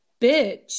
bitch